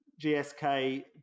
GSK